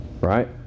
right